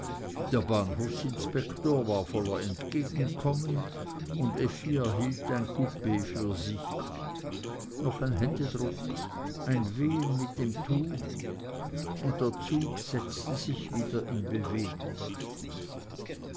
der bahnhofsinspektor war voller entgegenkommen und effi erhielt ein coup für sich noch ein händedruck ein wehen mit dem tuch und der zug setzte sich wieder in bewegung